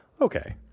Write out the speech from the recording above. okay